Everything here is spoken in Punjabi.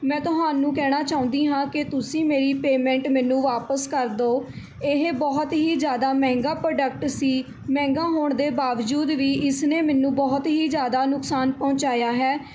ਮੈਂ ਤੁਹਾਨੂੰ ਕਹਿਣਾ ਚਾਹੁੰਦੀ ਹਾਂ ਕਿ ਤੁਸੀਂ ਮੇਰੀ ਪੇਮੈਂਟ ਮੈਨੂੰ ਵਾਪਸ ਕਰ ਦਿਉ ਇਹ ਬਹੁਤ ਹੀ ਜ਼ਿਆਦਾ ਮਹਿੰਗਾ ਪ੍ਰੋਡਕਟ ਸੀ ਮਹਿੰਗਾ ਹੋਣ ਦੇ ਬਾਵਜੂਦ ਵੀ ਇਸਨੇ ਮੈਨੂੰ ਬਹੁਤ ਹੀ ਜ਼ਿਆਦਾ ਨੁਕਸਾਨ ਪਹੁੰਚਾਇਆ ਹੈ